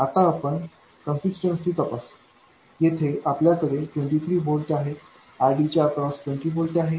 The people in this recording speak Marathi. आता आपण कन्सिस्टन्सी तपासू येथे आपल्याकडे 23 व्होल्ट आहेत RDच्या अक्रॉस 20 व्होल्ट आहे